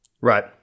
Right